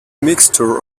mixture